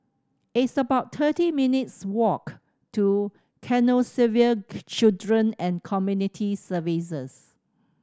it's about thirty minutes' walk to Canossaville Children and Community Services